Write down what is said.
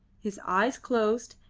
his eyes closed,